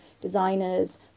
designers